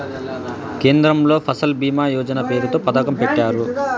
కేంద్రంలో ఫసల్ భీమా యోజన పేరుతో పథకం పెట్టారు